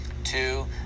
Two